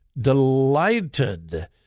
Delighted